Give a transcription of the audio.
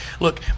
Look